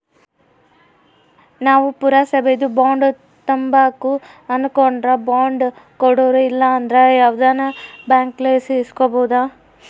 ನಾವು ಪುರಸಬೇದು ಬಾಂಡ್ ತಾಂಬಕು ಅನಕಂಡ್ರ ಬಾಂಡ್ ಕೊಡೋರು ಇಲ್ಲಂದ್ರ ಯಾವ್ದನ ಬ್ಯಾಂಕ್ಲಾಸಿ ಇಸ್ಕಬೋದು